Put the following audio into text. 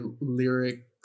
lyric